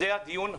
זה הדיון הראשוני.